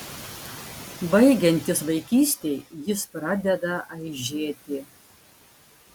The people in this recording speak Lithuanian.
baigiantis vaikystei jis pradeda aižėti